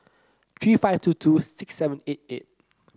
three five two two six seven eight eight